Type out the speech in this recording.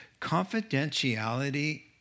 Confidentiality